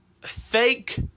fake